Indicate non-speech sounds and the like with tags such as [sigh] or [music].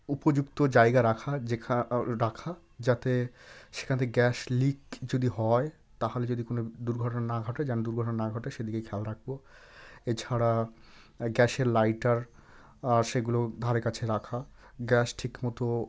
উপযুক্ত জায়গা রাখা [unintelligible] রাখা যাতে সেখান থেকে গ্যাস লিক যদি হয় তাহলে যদি কোনো দুর্ঘটনা না ঘটে যেন দুর্ঘটনা না ঘটে সেদিকে খেয়াল রাখব এছাড়া গ্যাসের লাইটার সেগুলো ধারে কাছে রাখা গ্যাস ঠিকমতো